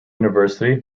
university